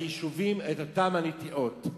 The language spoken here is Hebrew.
יישובים, את אותן נטיעות,